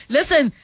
Listen